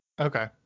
Okay